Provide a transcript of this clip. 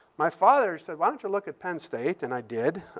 my father said, why don't you look at penn state? and i did.